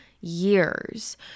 years